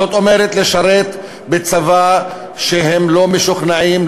זאת אומרת לשרת בצבא שהם לא משוכנעים,